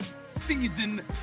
season